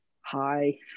hi